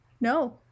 No